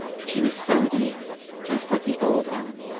she was so dear just like the old ellen.